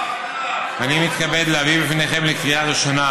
לקריאה ראשונה,